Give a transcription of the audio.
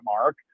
mark